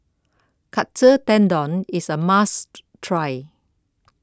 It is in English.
Katsu Tendon is a must try